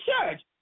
church